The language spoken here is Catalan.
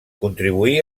contribuí